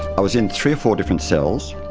i was in three or four different cells.